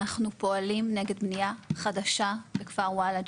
אנחנו פועלים נגד בנייה חדשה בכפר וולאג'ה.